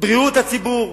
בריאות הציבור,